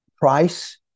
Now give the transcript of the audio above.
price